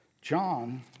John